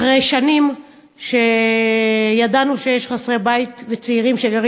אחרי שנים שידענו שיש חסרי בית וצעירים שגרים